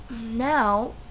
now